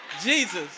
Jesus